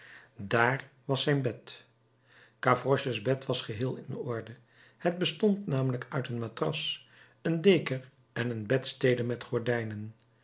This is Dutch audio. dààr was zijn bed gavroches bed was geheel in orde het bestond namelijk uit een matras een deken en een bedstede met gordijnen